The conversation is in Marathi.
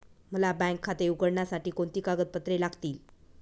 मला बँक खाते उघडण्यासाठी कोणती कागदपत्रे लागतील?